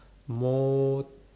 mode